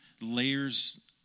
layers